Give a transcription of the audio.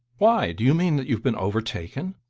why do you mean that you've been overtaken?